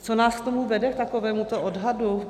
Co nás k tomu vede, k takovémuto odhadu?